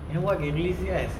then what they release it as